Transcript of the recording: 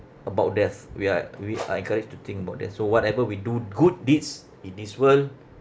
about death we are we are encouraged to think about death so whatever we do good deeds in this world